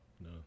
no